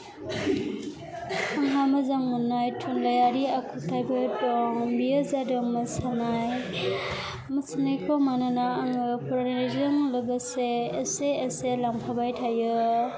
आंहा मोजां मोननाय थुनलायारि आखुथायफोर दं बेयो जादों मोसानाया मोसानायखौ मानोना आङो फरायनायजों लोगोसे एसे एसे लांफाबाय थायो